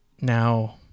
now